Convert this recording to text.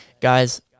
Guys